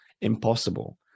impossible